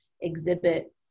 exhibit